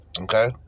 Okay